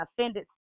offended